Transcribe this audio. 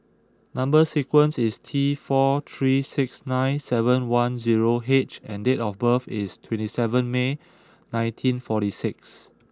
number sequence is T four three six nine seven one zero H and date of birth is twenty seven May nineteen forty six